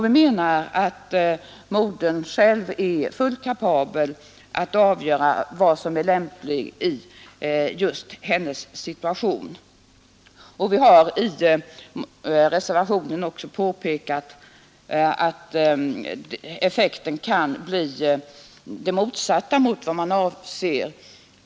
Vi menar att modern själv är fullt kapabel att avgöra vad som är lämpligt i just hennes situation. Vi har i reservationen också påpekat att effekten kan bli den motsatta mot vad man avser.